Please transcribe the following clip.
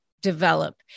develop